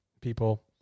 people